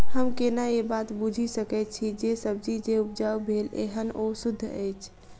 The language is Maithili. हम केना ए बात बुझी सकैत छी जे सब्जी जे उपजाउ भेल एहन ओ सुद्ध अछि?